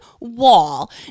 wall